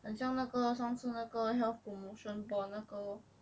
很像那个上次那个 health promotion board 那个